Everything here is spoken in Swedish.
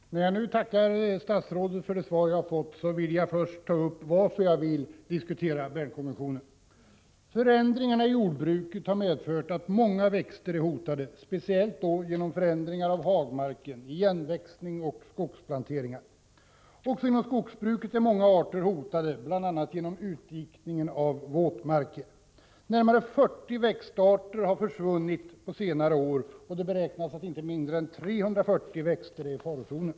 Herr talman! När jag nu tackar statsrådet för det svar jag fått vill jag först ta upp varför jag vill diskutera Bernkonventionen. Förändringarna i jordbruket har medfört att många växter är hotade, speciellt genom förändringar av hagmarken, igenväxning och skogplanteringar. Också inom skogsbruket är många arter hotade genom bl.a. utdikningen av våtmarker. Närmare 40 växtarter har försvunnit på senare år, och det beräknas att inte mindre än 340 är i farozonen.